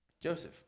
Joseph